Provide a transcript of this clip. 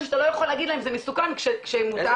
שאתה לא יכול להגיד להם שזה מסוכן כשזה מותר.